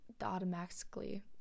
automatically